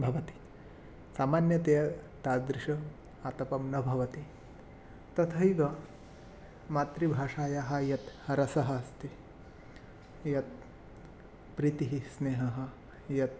भवति सामान्यतया तादृशम् आतपं न भवति तथैव मातृभाषायाः यत् रसः अस्ति यत् प्रीतिः स्नेहः यत्